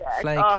flake